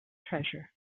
treasure